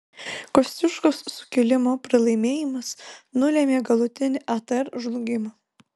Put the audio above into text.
kosciuškos sukilimo pralaimėjimas nulėmė galutinį atr žlugimą